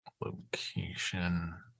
Location